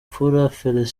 felicien